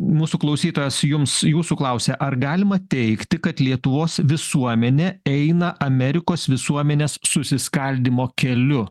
mūsų klausytojas jums jūsų klausia ar galima teigti kad lietuvos visuomenė eina amerikos visuomenės susiskaldymo keliu